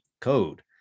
code